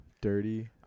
Dirty